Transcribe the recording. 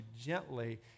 gently